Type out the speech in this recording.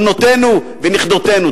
בנותינו ונכדותינו.